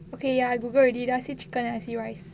okay ya I Google already I see chicken I see rice